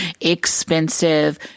Expensive